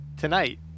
Tonight